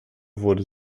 wurde